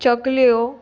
चकल्यो